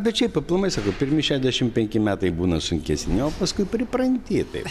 bet šiaip aplamai sakau pirmi šešiasdešimt penki metai būna sunkesni o paskui pripranti taip